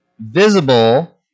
visible